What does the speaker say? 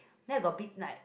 then I got bit like